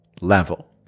level